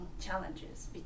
challenges